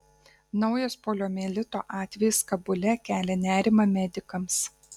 naujas poliomielito atvejis kabule kelia nerimą medikams